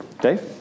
Dave